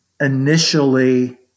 initially